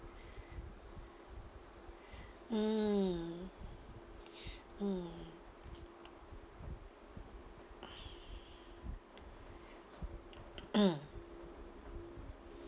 mm mm mm